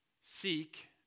Seek